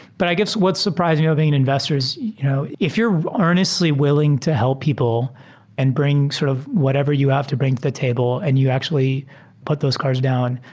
but i guess, what's surprising of being an investor is you know if you're earnestly will ing to help people and bring sort of whatever you have to bring to the table and you actually put those cars down,